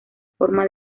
forma